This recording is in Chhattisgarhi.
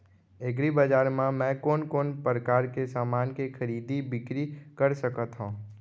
एग्रीबजार मा मैं कोन कोन परकार के समान के खरीदी बिक्री कर सकत हव?